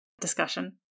discussion